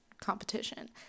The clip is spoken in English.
competition